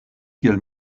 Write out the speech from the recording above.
kiel